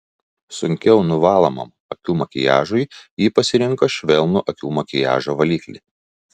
sunkiau nuvalomam akių makiažui ji pasirinko švelnų akių makiažo valiklį